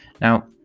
Now